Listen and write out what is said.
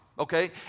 Okay